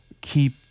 keep